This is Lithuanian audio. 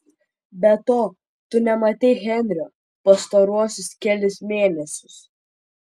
be to tu nematei henrio pastaruosius kelis mėnesius